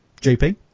jp